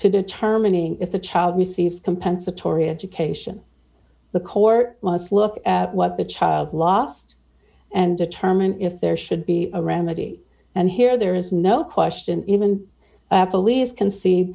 to determining if the child receives compensatory education the court must look at what the child lost and determine if there should be around lady and here there is no question even the least can see